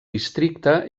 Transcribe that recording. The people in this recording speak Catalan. districte